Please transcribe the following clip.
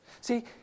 See